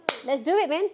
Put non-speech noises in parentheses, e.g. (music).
(noise) let's do it man